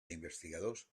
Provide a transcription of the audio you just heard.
investigadors